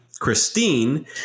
Christine